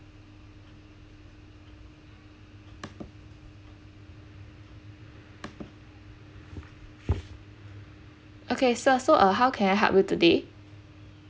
okay sir so uh how can I help you today